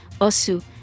OSU